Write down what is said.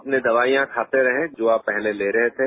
अपनी दवाइयां खाते रहें जो आप पहले ले रहे थे